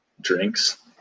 drinks